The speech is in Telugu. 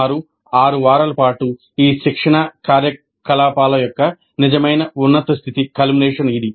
సుమారు 6 వారాల పాటు ఈ శిక్షణా కార్యకలాపాల యొక్క నిజమైన ఉన్నతస్థితి ఇది